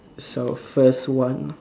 so first one